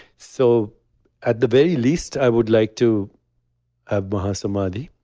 so at the very least, i would like to have mahasamadhi,